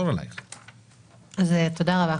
רבה.